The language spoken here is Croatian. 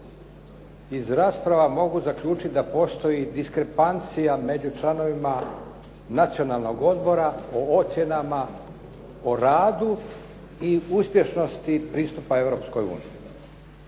Iz rasprava mogu zaključiti da postoji diskrepancija među članovima nacionalnog odbora o ocjenama o radu i uspješnosti pristupa Europskoj uniji.